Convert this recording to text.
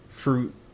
fruit